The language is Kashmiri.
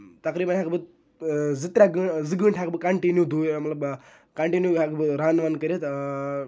تَقریٖبَن ہیٚکہٕ بہٕ زٕ ترٛےٚ گٲ زٕ گٲنٹہٕ ہیٚکہٕ بہٕ کَنٹِنیو مطلب کَنٹِنیو ہیٚکہٕ بہٕ رَن وَن کٔرِتھ